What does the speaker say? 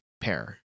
pair